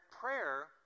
prayer